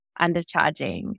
undercharging